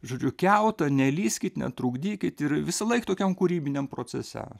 žodžiu kiautą nelįskit netrukdykit ir visąlaik tokiam kūrybiniam procese